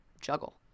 juggle